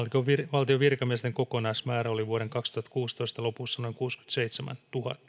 valtion virkamiesten kokonaismäärä oli vuoden kaksituhattakuusitoista lopussa noin kuudennenkymmenennenseitsemännentuhannennen